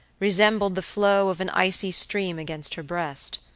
resembled the flow of an icy stream against her breast.